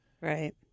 Right